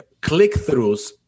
click-throughs